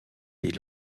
des